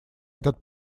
этот